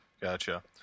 gotcha